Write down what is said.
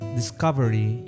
discovery